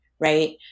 right